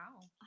Wow